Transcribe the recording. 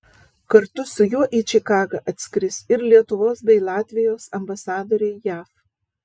kartu su juo į čikagą atskris ir lietuvos bei latvijos ambasadoriai jav